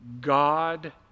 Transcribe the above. God